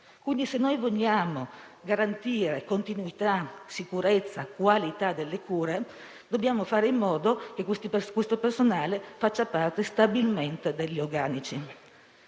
Quindi, se vogliamo garantire continuità, sicurezza, qualità delle cure dobbiamo fare in modo che questo personale faccia parte stabilmente degli organici.